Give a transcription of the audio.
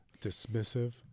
dismissive